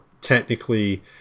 technically